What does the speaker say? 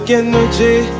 energy